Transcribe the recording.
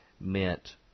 meant